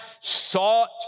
sought